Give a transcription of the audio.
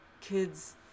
kids